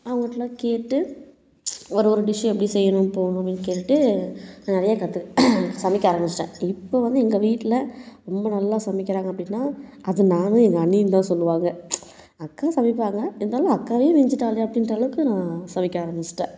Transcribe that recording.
அவங்கட்டலாம் கேட்டு ஒரு ஒரு டிஷ்ஷும் எப்படி செய்யணும் போகணும் அப்படினு கேட்டுட்டு நான் நிறைய கத்து சமைக்க ஆரம்பித்தேன் இப்போது வந்து எங்க வீட்டில ரொம்ப நல்லா சமைக்கிறாங்க அப்படினா அது நான் எங்க அண்ணியும் தான் சொல்லுவாங்க அக்கா சமைப்பாங்க இருந்தாலும் அக்காவையும் மிஞ்சிட்டாளே அப்படின்ற அளவுக்கு நான் சமைக்க ஆரம்பிச்சிட்டேன்